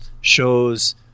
shows